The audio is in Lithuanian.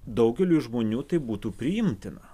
daugeliui žmonių tai būtų priimtina